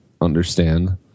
understand